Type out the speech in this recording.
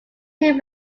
two